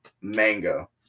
mango